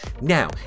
Now